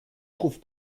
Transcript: trouve